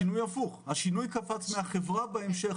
השינוי קפץ מהחברה בהמשך.